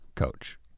Coach